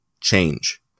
change